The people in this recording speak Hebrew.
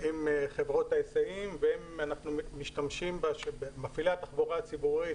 עם חברות ההיסעים ומפעילי התחבורה הציבורית,